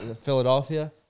Philadelphia